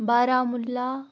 Baramulla